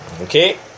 Okay